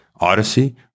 Odyssey